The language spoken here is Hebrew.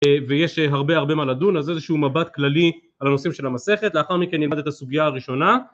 ויש הרבה הרבה מה לדון אז איזה שהוא מבט כללי על הנושאים של המסכת לאחר מכן נלמד את הסוגיה הראשונה